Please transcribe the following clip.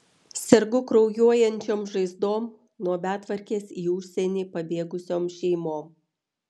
sergu kraujuojančiom žaizdom nuo betvarkės į užsienį pabėgusiom šeimom